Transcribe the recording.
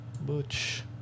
Butch